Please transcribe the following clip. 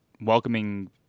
welcoming